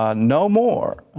ah no more.